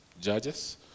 Judges